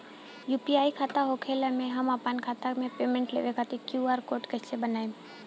UPI खाता होखला मे हम आपन खाता मे पेमेंट लेवे खातिर क्यू.आर कोड कइसे बनाएम?